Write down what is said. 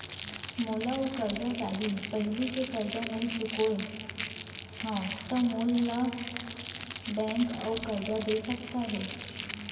मोला अऊ करजा चाही पहिली के करजा नई चुकोय हव त मोल ला बैंक अऊ करजा दे सकता हे?